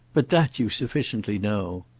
but that you sufficiently know.